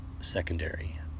secondary